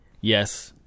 Yes